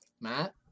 Matt